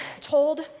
told